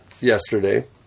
yesterday